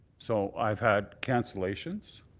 so i've had cancellations,